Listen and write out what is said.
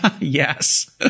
Yes